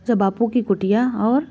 अच्छा बापू की कुटिया और